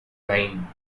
rhine